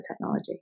technology